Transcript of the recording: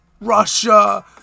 Russia